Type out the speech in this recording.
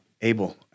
Abel